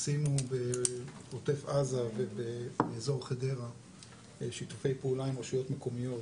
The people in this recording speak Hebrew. עשינו בעוטף עזה ובאזור חדרה שיתופי פעולה עם רשויות מקומיות